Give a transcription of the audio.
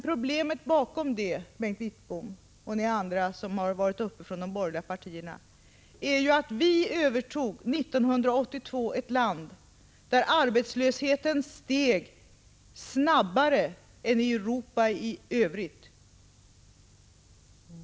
Problemet bakom det, Bengt Wittbom och ni andra från de borgerliga partierna som talat här, är att vi 1982 övertog ett land där arbetslösheten steg snabbare än i Europa i övrigt.